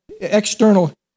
external